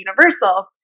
universal